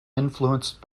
influenced